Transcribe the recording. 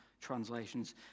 translations